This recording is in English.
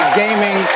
gaming